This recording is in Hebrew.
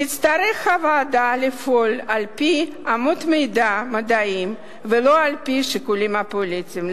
תצטרך הוועדה לפעול על-פי אמות מידה מדעיות ולא על-פי שיקולים פוליטיים.